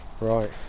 Right